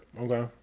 Okay